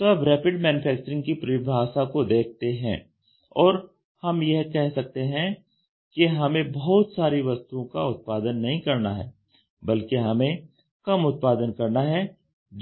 तो अब rapid manufacturing की परिभाषा को फिर से देखते हैं और हम यह कह सकते हैं कि हमें बहुत सारी वस्तुओं का उत्पादन नहीं करना है बल्कि हमें कम उत्पादन करना है